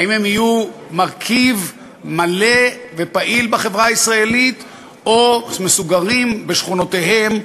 האם הם יהיו מרכיב מלא ופעיל בחברה הישראלית או מסוגרים בשכונותיהם,